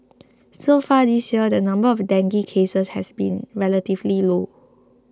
so far this year the number of dengue cases has been relatively low